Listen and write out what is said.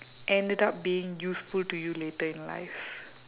ended up being useful to you later in life